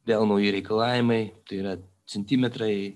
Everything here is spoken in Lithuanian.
vėl nauji reikalavimai tai yra centimetrai